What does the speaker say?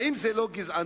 האם זו לא גזענות?